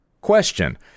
Question